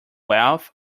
wealth